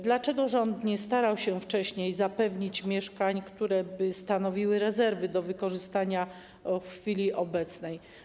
Dlaczego rząd nie starał się wcześniej zapewnić mieszkań, które by stanowiły rezerwy do wykorzystania w chwili obecnej?